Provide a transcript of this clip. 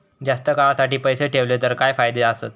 जास्त काळासाठी पैसे ठेवले तर काय फायदे आसत?